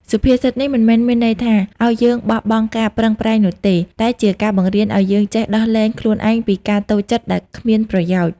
សុភាសិតនេះមិនមែនមានន័យថា ឱ្យយើងបោះបង់ការប្រឹងប្រែងនោះទេ តែជាការបង្រៀនឱ្យយើងចេះដោះលែងខ្លួនឯងពីការតូចចិត្តដែលគ្មានប្រយោជន៍។